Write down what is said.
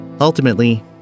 Ultimately